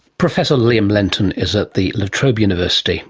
professor liam lenton is at the la trobe university